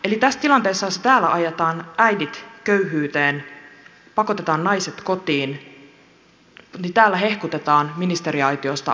eli tässä tilanteessa jossa ajetaan äidit köyhyyteen pakotetaan naiset kotiin niin täällä hehkutetaan ministeriaitiosta valinnanvapautta